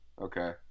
Okay